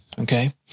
okay